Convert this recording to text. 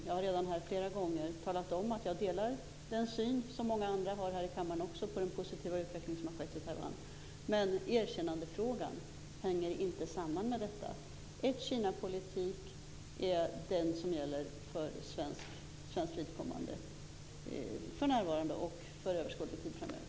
Jag har här flera gånger talat om att jag delar den syn som också många andra här i kammaren har på den positiva utveckling som har skett i Taiwan. Men erkännandefrågan hänger inte samman med detta. Ett-Kina-politik är den politik som gäller för svenskt vidkommande för när närvarande och för överskådlig tid framöver.